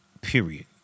period